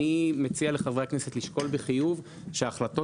אני מציע לחברי הכנסת לשקול בחיוב שהחלטות